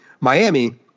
Miami